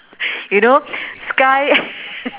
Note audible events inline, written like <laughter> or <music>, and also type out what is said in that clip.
you know sky <laughs>